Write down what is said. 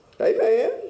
Amen